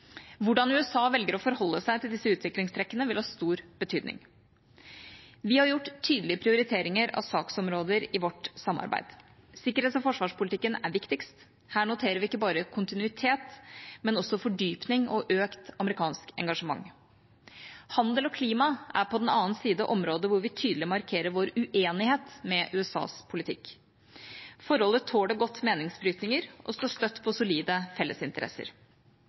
Hvordan USA velger å forholde seg til disse utviklingstrekkene, vil ha stor betydning. Vi har gjort tydelige prioriteringer av saksområder i vårt samarbeid. Sikkerhets- og forsvarspolitikken er viktigst. Her noterer vi ikke bare kontinuitet, men også fordypning og økt amerikansk engasjement. Handel og klima er på den annen side områder hvor vi tydelig markerer vår uenighet med USAs politikk. Forholdet tåler godt meningsbrytninger og står støtt på solide fellesinteresser.